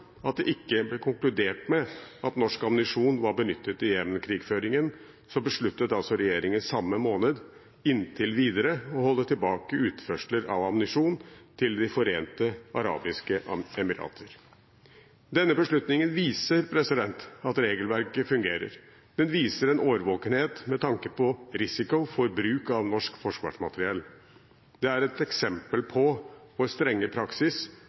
at det ikke er konkludert med at norsk ammunisjon var benyttet i Jemen-krigføringen, besluttet altså regjeringen samme måned, inntil videre, å holde tilbake utførsel av ammunisjon til De forente arabiske emirater. Denne beslutningen viser at regelverket fungerer. Den viser en årvåkenhet med tanke på risiko for bruk av norsk forsvarsmateriell. Det er et eksempel på vår strenge praksis